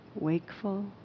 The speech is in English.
Wakeful